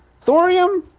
thorium?